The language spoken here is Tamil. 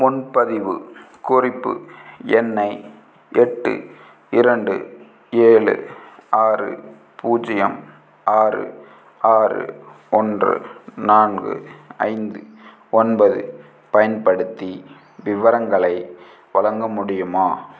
முன்பதிவு குறிப்பு எண்ணை எட்டு இரண்டு ஏழு ஆறு பூஜ்ஜியம் ஆறு ஆறு ஒன்று நான்கு ஐந்து ஒன்பது பயன்படுத்தி விவரங்களை வழங்க முடியுமா